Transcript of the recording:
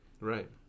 Right